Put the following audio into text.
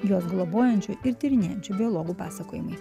juos globojančių ir tyrinėjančiu biologų pasakojimai